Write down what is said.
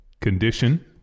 Condition